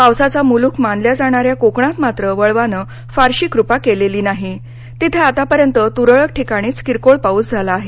पावसाचा मुलूख मानल्या जाणाऱ्या कोकणात मात्र वळवानं फारशी कृपा केलेली नाही तिथे आतापर्यंत तुरळक ठिकाणीच किरकोळ पाऊस झाला आहे